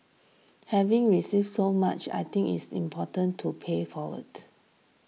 having received so much I think it's important to pay it forward